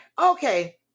okay